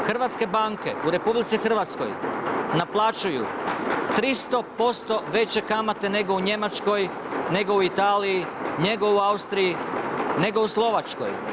Hrvatske banke u RH naplaćuju 300% veće kamate nego u Njemačkoj, nego u Italiji, nego u Austriji, nego u Slovačkoj.